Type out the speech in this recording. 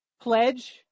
pledge